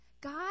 God